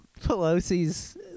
Pelosi's